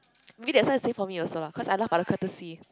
maybe that's why he stays for me also lah cause I laugh other courtesy